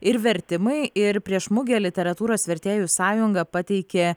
ir vertimai ir prieš mugę literatūros vertėjų sąjunga pateikė